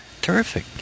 Terrific